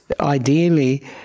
ideally